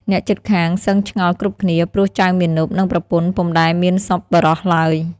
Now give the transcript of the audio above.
អ្នកជិតខាងសឹងឆ្ងល់គ្រប់គ្នា ព្រោះចៅមាណព និងប្រពន្ធពុំដែលមានសប្បុរសឡើយ។